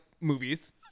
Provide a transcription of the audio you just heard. movies